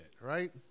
right